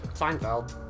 Seinfeld